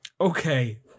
okay